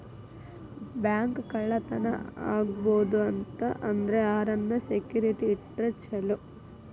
Bank ಕಳ್ಳತನಾ ಆಗ್ಬಾರ್ದು ಅಂತ ಅಂದ್ರ ಯಾರನ್ನ ಸೆಕ್ಯುರಿಟಿ ಇಟ್ರ ಚೊಲೊ?